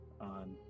on